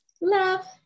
love